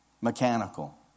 Mechanical